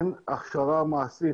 אין הכשרה מעשית.